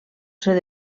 ser